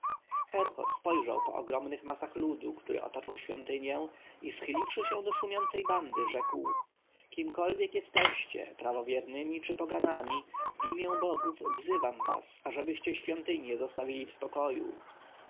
spojrzał po ogromnych masach ludu który otaczał świątynię i schyliwszy się do szturmującej bandy rzekł kimkolwiek jesteście prawowiernymi czy poganami w imię bogów wzywam was ażebyście świątynię zostawili w spokoju